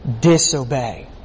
disobey